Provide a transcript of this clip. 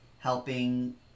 helping